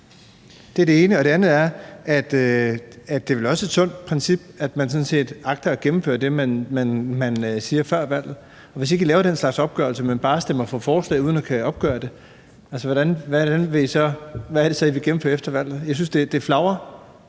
Det er det ene. Det andet er, at det vel også er et sundt princip, at man sådan set agter at gennemføre det, man siger før valget, og hvis I ikke laver den slags opgørelser, men bare stemmer for forslag uden at kunne opgøre det, hvad er det så, I vil gennemføre efter valget? Jeg synes, at det flagrer